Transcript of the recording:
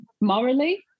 morally